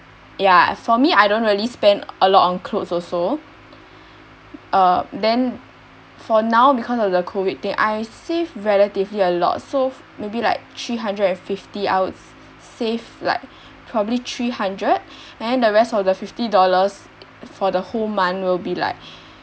ya for me I don't really spend a lot on clothes also uh then for now because of the COVID thing I save relatively a lot so maybe like three hundred and fifty I would s~ save like probably three hundred then the rest of the fifty dollars for the whole month will be like